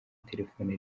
telefoni